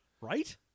Right